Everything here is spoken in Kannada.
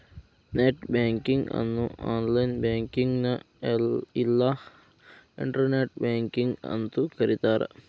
ನೆಟ್ ಬ್ಯಾಂಕಿಂಗ್ ಅನ್ನು ಆನ್ಲೈನ್ ಬ್ಯಾಂಕಿಂಗ್ನ ಇಲ್ಲಾ ಇಂಟರ್ನೆಟ್ ಬ್ಯಾಂಕಿಂಗ್ ಅಂತೂ ಕರಿತಾರ